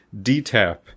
DTaP